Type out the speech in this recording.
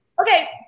okay